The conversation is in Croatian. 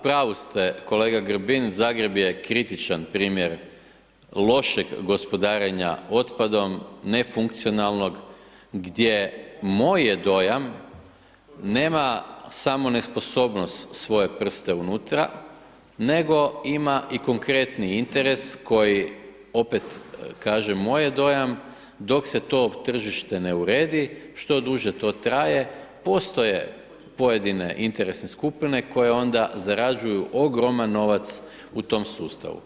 U pravu ste kolega Grbin, Zagreb je kritičan primjer lošeg gospodarenja otpadom, nefunkcionalnog gdje, moj je dojam, nema samo nesposobnost svoje prste unutra, nego ima i konkretni interes koji, opet kažem moj je dojam, dok se to tržište ne uredi, što duže to traje, postoje pojedine interesne skupine koje onda zarađuju ogroman novac u tom sustavu.